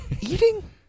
Eating